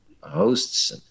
hosts